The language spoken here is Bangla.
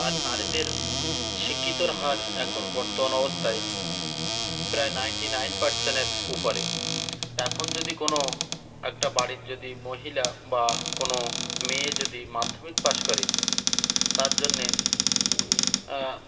আর নারীদের শিক্ষিতর হার এখন বর্তমান অবস্থায় প্রায় নাইনটি নাইন পার্সেন্টের উপরে এখন যদি কোনো একটা বাড়ির যদি মহিলা বা কোনো মেয়ে যদি মাধ্যমিক পাশ করে তার জন্যে